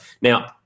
now